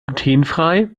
glutenfrei